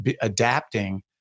adapting